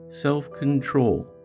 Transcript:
self-control